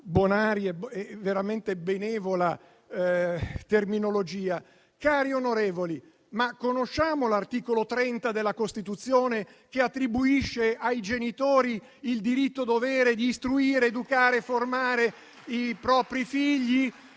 bonaria e veramente benevola terminologia - anzi, cari onorevoli, conosciamo l'articolo 30 della Costituzione, che attribuisce ai genitori il diritto-dovere di istruire, educare e formare i propri figli?